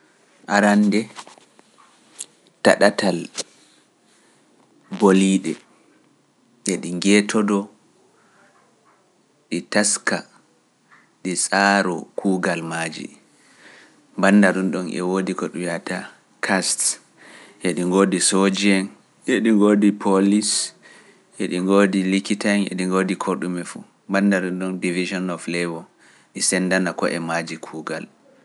Araande taɗatal boliiɗe, e ɗi geeto ɗo, ɗi Taska, ɗi Saaru kuugal maaji, bannda ɗum ɗon e woodi ko ɗum wi’ata Kast, e ɗi ngoodi Sojiyeen, e ɗi ngoodi Polis, e ɗi ngoodi Likitaen, e ɗi ngoodi ko ɗume fuu, bannda ɗum ɗon Division of Leywo, ɗi sendana ko’e maaji kuugal.